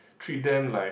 treat them like